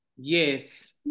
Yes